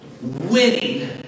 winning